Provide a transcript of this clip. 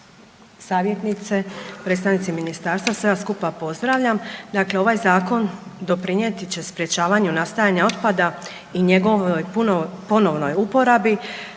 Hvala vam